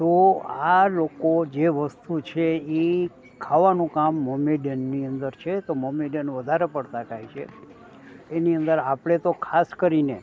તો આ લોકો જે વસ્તુ છે એ ખાવાનું કામ મોમેડનની અંદર છે તો મોમેડિયન વધારે પડતાં ખાય છે એની અંદર આપણે તો ખાસ કરીને